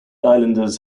islanders